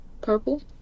Purple